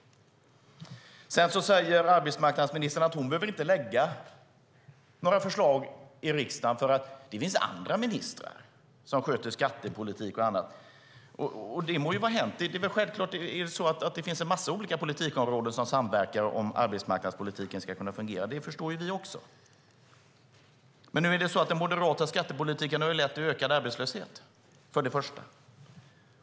Sedan säger arbetsmarknadsministern att hon inte behöver lägga fram några förslag i riksdagen eftersom det finns andra ministrar som sköter skattepolitik och annat. Det må vara hänt. Självklart finns det en massa olika politikområden som samverkar om arbetsmarknadspolitiken ska kunna fungera. Det förstår vi också. Men nu är det så att den moderata skattepolitiken för det första har lett till ökad arbetslöshet.